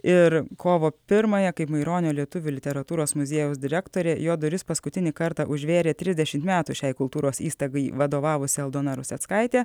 ir kovo pirmąją kaip maironio lietuvių literatūros muziejaus direktorė jo duris paskutinį kartą užvėrė trisdešimt metų šiai kultūros įstaigai vadovavusi aldona ruseckaitė